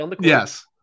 yes